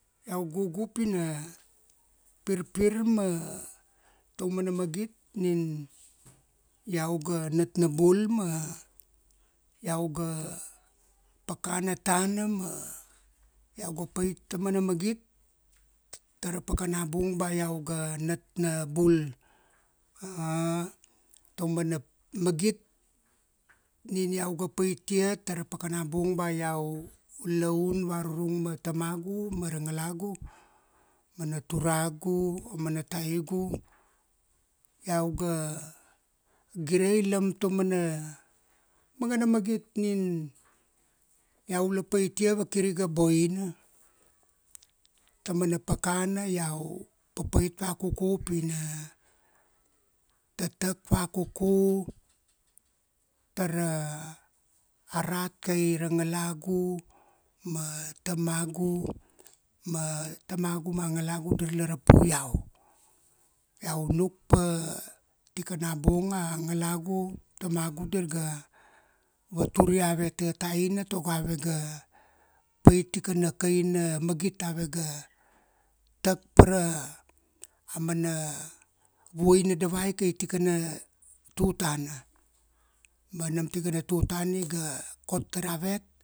Iau gugu pina, pirpir ma, taumana magit nin, iau ga natnabul ma, iau ga, pakana tana ma, iau ga paitia tamana magit, tara pakana bung ba iauga natnabul. Ta umana magit nina iau ga patia tara pakana bung ba iau, laun varurung ma ra tamagu ma ra ngalagu, mana turagu, amana taigu, iau ga, gireilam taumana, mangana magit nin, iau la patia vakir iga boina. Taumana pakana iau papait vakuku pi na, tatak vakuku tara, a rat kaira ngalagu ma, tamagu, ma tamagu ma ngalagu dirla rapu iau. Iau nukpa, tikana bung a ngalagu, tamagu dirga vatur iavet tataina tago avega, pait tikana kaina magit. Avega, tak ra, amana vuaina dawai kai tikana, tutana. Ma nam tikana tutana iga kot tar avet.